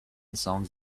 songs